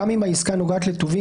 גם אם העסקה נוגעת לטובין,